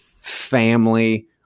family